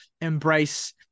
embrace